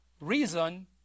reason